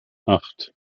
acht